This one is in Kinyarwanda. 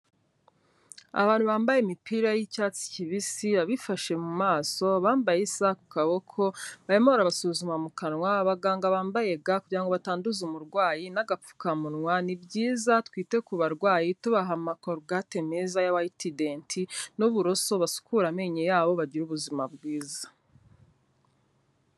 Abantu bambaye imipira y'icyatsi kibisi, abifashe mu maso, abambaye isaha ku kaboko, barimo barabasuzuma mu kanwa, abaganga bambaye ga kugira ngo batanduza umurwayi n'agapfukamunwa, ni byiza twite ku barwayi tubaha ama korugate meza ya Whitedent n'uburoso, basukure amenyo yabo bagire ubuzima bwiza.